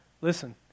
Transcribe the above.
Listen